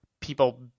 people